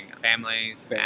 families